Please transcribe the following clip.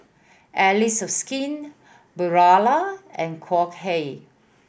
Allies of Skin Barilla and Wok Hey